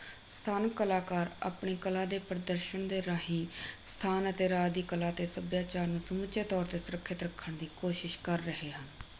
ਸਾਨੂੰ ਕਲਾਕਾਰ ਆਪਣੀ ਕਲਾ ਦੇ ਪ੍ਰਦਰਸ਼ਨ ਦੇ ਰਾਹੀਂ ਸਥਾਨ ਅਤੇ ਰਾਜ ਦੀ ਕਲਾ ਤੇ ਸੱਭਿਆਚਾਰ ਨੂੰ ਸਮੁੱਚੇ ਤੌਰ 'ਤੇ ਸੁਰੱਖਿਅਤ ਰੱਖਣ ਦੀ ਕੋਸ਼ਿਸ਼ ਕਰ ਰਹੇ ਹਨ